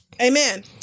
Amen